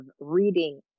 reading